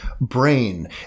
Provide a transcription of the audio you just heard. brain